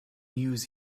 use